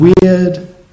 weird